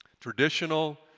Traditional